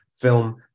film